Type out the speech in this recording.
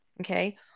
Okay